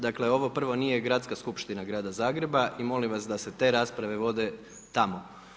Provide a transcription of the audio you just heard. Dakle, ovo prvo nije Gradska skupština Grada Zagreba, i molim vas da se te rasprave vode tamo.